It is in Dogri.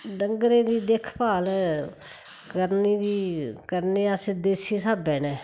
डंगरें दी दिक्ख भाल करने दी करने आं अस देसी स्हाबै कन्नै